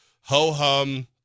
ho-hum